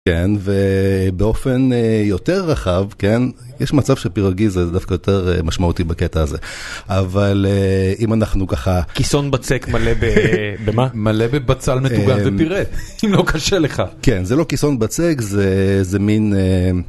כן, ובאופן יותר רחב, כן, יש מצב שפיראגי זה דווקא יותר משמעותי בקטע הזה, אבל אם אנחנו ככה... כיסון בצק מלא ב.. במה? מלא בבצל מטוגן ופירה, אם לא קשה לך. כן, זה לא כיסון בצק, זה מין...